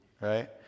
Right